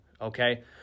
Okay